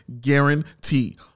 guarantee